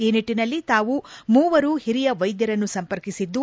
ಈ ನಿಟ್ಟನಲ್ಲಿ ತಾವು ಮೂವರು ಹಿರಿಯ ವೈದ್ಯರನ್ನು ಸಂಪರ್ಕಿಸಿದ್ದು